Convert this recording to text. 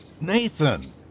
Nathan